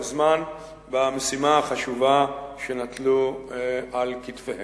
זמן במשימה החשובה שנטלו על כתפיהם.